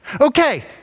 Okay